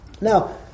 Now